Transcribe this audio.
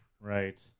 Right